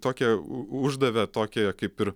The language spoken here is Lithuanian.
tokią u uždavė tokį kaip ir